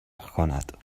کند